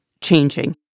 changing